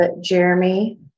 Jeremy